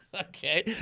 Okay